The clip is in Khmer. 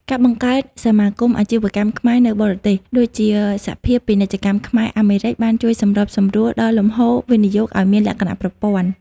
ការបង្កើតសមាគមអាជីវកម្មខ្មែរនៅបរទេស (ដូចជាសភាពាណិជ្ជកម្មខ្មែរ-អាមេរិក) បានជួយសម្របសម្រួលដល់លំហូរវិនិយោគឱ្យមានលក្ខណៈប្រព័ន្ធ។